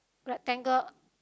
rectangle